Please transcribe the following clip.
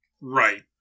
Right